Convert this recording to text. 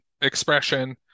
expression